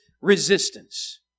resistance